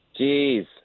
Jeez